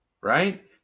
right